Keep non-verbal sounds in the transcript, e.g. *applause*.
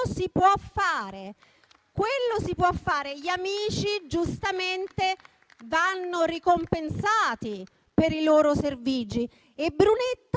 si può fare. *applause* Gli amici giustamente vanno ricompensati per i loro servigi e Brunetta